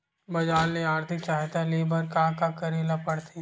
बजार ले आर्थिक सहायता ले बर का का करे ल पड़थे?